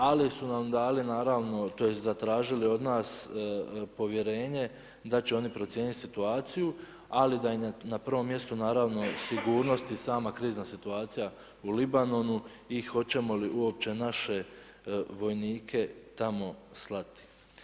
Ali, su nam dali, naravno, tj. zatražili odnosno nas povjerenje, da će oni procijeniti situaciju, ali da im je na prvom mjestu, naravno sigurnost i sama krizna situacija u Libanonu i hoćemo li uopće naše vojnike tamo slati.